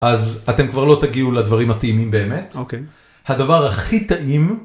אז אתם כבר לא תגיעו לדברים הטעימים באמת. אוקיי. הדבר הכי טעים...